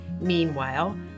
Meanwhile